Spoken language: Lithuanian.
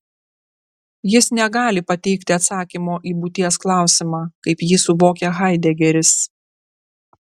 jis negali pateikti atsakymo į būties klausimą kaip jį suvokia haidegeris